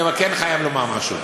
אבל אני כן חייב לומר משהו.